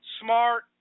smart